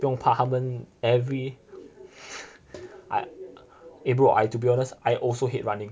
不用怕他们 every I eh bro I to be honest I also hate running